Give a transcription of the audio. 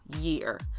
year